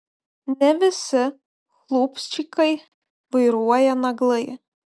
ne visi chlupščikai vairuoja naglai